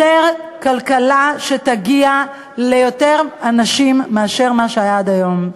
יותר כלכלה שתגיע ליותר אנשים מאשר מה שהיה עד היום.